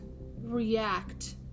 react